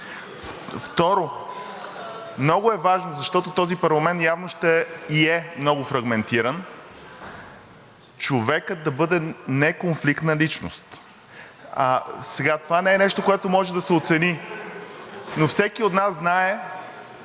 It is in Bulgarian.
нали? Много е важно, защото този парламент явно ще е и е много фрагментиран, човекът да бъде неконфликтна личност. Това не е нещо, което може да се оцени, но всеки от нас знае,